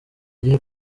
gihe